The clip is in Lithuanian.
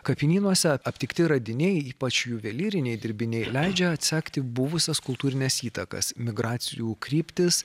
kapinynuose aptikti radiniai ypač juvelyriniai dirbiniai leidžia atsekti buvusias kultūrines įtakas migracijų kryptis